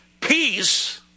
peace